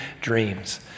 dreams